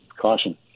caution